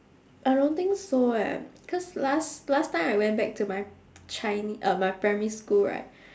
I don't think so eh cause last last time I went back to my chinese uh my primary school right